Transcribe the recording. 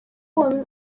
women